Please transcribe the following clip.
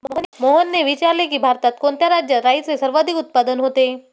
मोहनने विचारले की, भारतात कोणत्या राज्यात राईचे सर्वाधिक उत्पादन होते?